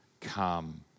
come